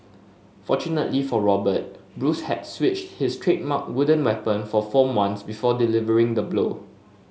fortunately for Robert Bruce had switched his trademark wooden weapon for foam ones before delivering the blow